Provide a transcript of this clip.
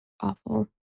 Awful